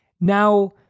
now